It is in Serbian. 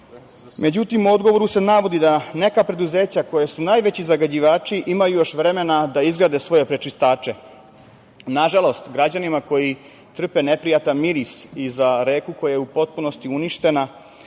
međutim u odgovoru se navodi da na neka preduzeća koja su najveći zagađivači imaju još vremena da izgrade svoje prečistače. Na žalost građanima koji trpe neprijatan miris i za reku koja je u potpunosti uništena